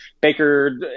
Baker